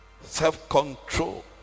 Self-control